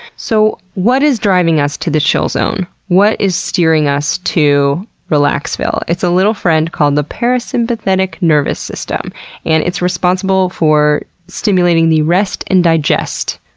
so what is driving us to the chill zone? what is steering us to relaxville? it's a little friend called the parasympathetic nervous system and it's responsible for stimulating the rest and digest,